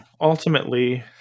Ultimately